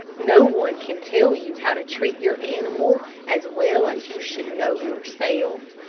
no one can tell you how to treat your animal as well as you should know yourself,